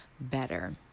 better